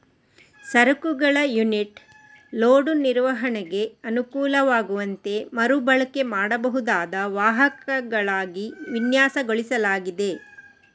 ಸರಕುಗಳ unit load ನಿರ್ವಹಣೆಗೆ ಅನುಕೂಲವಾಗುವಂತೆ ಮರು ಬಳಕೆ ಮಾಡಬಹುದಾದ ವಾಹಕಗಳಾಗಿ ವಿನ್ಯಾಸಗೊಳಿಸಲಾಗಿದೆ